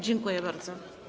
Dziękuję bardzo.